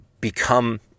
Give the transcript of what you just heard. become